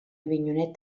avinyonet